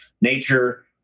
Nature